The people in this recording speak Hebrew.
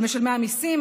על משלמי המיסים,